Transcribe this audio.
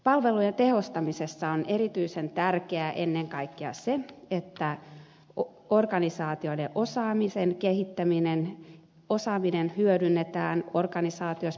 palvelujen tehostamisessa on erityisen tärkeää ennen kaikkea se että organisaatioiden osaamisen kehittäminen osaaminen hyödynnetään organisaatiossa